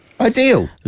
Ideal